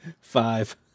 five